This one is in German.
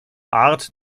art